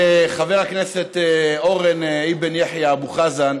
חבר הכנסת אורן אבן יחיא אבו חזן,